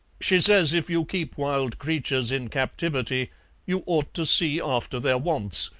she says if you keep wild creatures in captivity you ought to see after their wants,